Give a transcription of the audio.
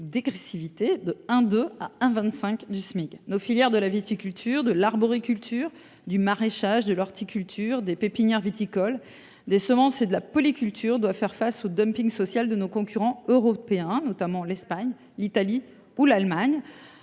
dégressivité de 1,2 à 1,25 Smic. Nos filières de la viticulture, de l’arboriculture, du maraîchage, de l’horticulture, des pépinières viticoles, des semences et de la polyculture sont confrontées au dumping social de nos concurrents européens, notamment de l’Espagne, de l’Italie ou de l’Allemagne,